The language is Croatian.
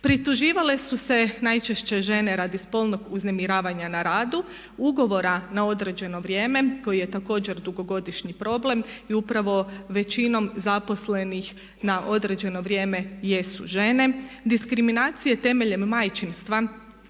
Prituživale su se najčešće žene radi spolnog uznemiravanja na radu, ugovora na određeno vrijeme koji je također dugogodišnji problem i upravo većinom zaposlenih na određeno vrijeme jesu žene, diskriminacije temeljem majčinstva.